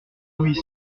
louis